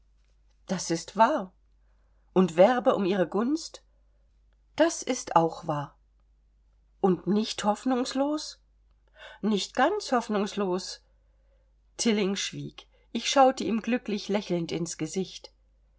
das ist wahr und werbe um ihre gunst das ist auch wahr und nicht hoffnungslos nicht ganz hoffnungslos tilling schwieg ich schaute ihm glücklich lächelnd ins gesicht